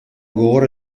gogor